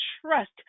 trust